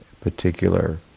particular